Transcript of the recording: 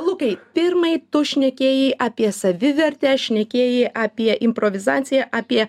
lukai pirmai tu šnekėjai apie savivertę šnekėjai apie improvizaciją apie